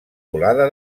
volada